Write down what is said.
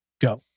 go